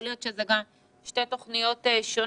יכול להיות שאלה שתי תוכניות שונות.